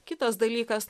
kitas dalykas